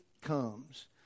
comes